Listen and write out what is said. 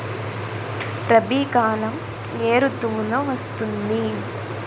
రబీ కాలం ఏ ఋతువులో వస్తుంది?